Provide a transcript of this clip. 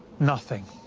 nothing.